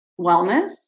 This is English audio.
wellness